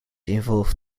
involved